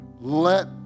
Let